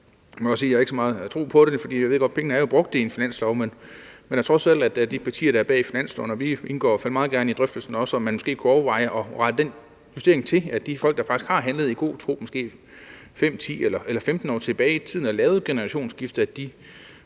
jeg ikke har så stor tro på det, for jeg ved godt, at pengene er brugt i finansloven, men jeg håber trods det meget, at de partier, der er bag finansloven – og vi indgår i hvert fald også meget gerne i drøftelserne – måske kunne overveje at rette den justering til, så de folk, der faktisk har handlet i god tro og har lavet et generationsskifte måske